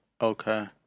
Okay